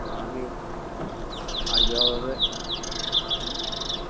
आं भी आई जाओ ते